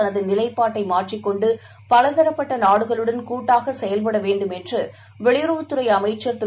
தனதுநிலைப்பாட்டைமாற்றிக்கொண்டுபலதரப்பட்டநாடுகளுடன் கூட்டாகசெயல்படவேண்டும் என்றுவெளியுறவுத் துறைஅமைச்சர் திரு